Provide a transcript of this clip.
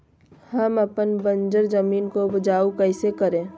हम अपन बंजर जमीन को उपजाउ कैसे करे?